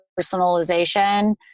personalization